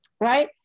Right